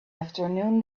afternoon